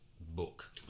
book